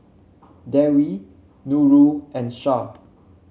Dewi Nurul and Shah